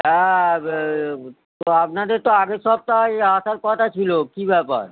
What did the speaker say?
হ্যাঁ তো আপনাদের তো আগের সপ্তাহে আসার কতা ছিলো কি ব্যাপার